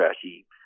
trashy